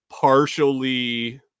partially